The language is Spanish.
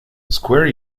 square